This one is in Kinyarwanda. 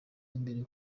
imbere